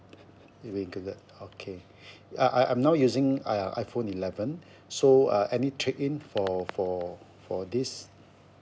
it will included okay I I I'm now using a iphone eleven so uh any trade in for for for this